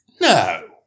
No